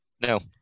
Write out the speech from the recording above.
No